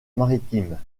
maritime